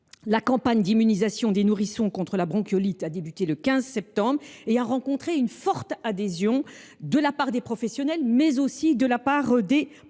La campagne d’immunisation des nourrissons contre la bronchiolite a débuté le 15 septembre et a rencontré une forte adhésion de la part des professionnels, mais aussi des parents, ce dont